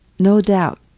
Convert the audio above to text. no doubt.